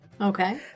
Okay